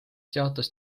teatas